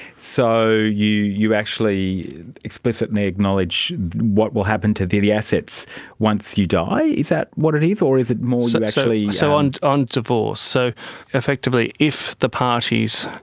so you you actually explicitly acknowledge what will happen to the the assets once you die, is that what it is, or is it more actually? so on on divorce, so effectively if the parties,